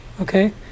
Okay